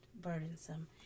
burdensome